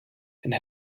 and